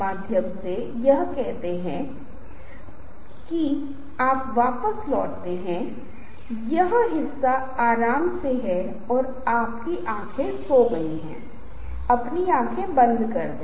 मैंने पहले ही चर्चा की है और साझा किया है कि जब आप ऐसा करते हैं कि आपकी मेमोरी लिंक मजबूत हो जाती हैं